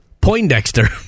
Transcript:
Poindexter